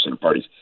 parties